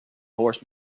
horse